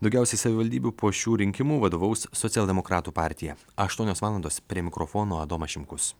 daugiausiai savivaldybių po šių rinkimų vadovaus socialdemokratų partija aštuonios valandos prie mikrofono adomas šimkus